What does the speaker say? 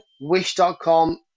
Wish.com